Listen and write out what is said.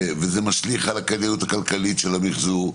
וזה משליך על הכדאיות הכלכלית של המחזור,